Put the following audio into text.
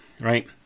right